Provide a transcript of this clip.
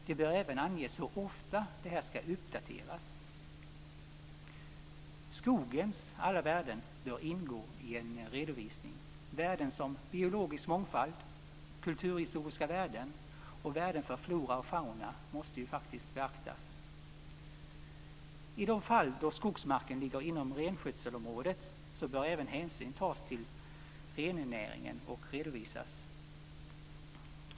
Det bör även anges hur ofta det här skall uppdateras. Skogens alla värden bör ingå i en redovisning. Värden som biologisk mångfald, kulturhistoriska värden och värden för flora och fauna måste vi faktiskt beakta. I de fall då skogsmarken ligger inom renskötselområdet bör även hänsyn tas till rennäringen och redovisas.